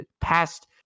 past